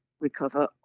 recover